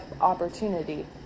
opportunity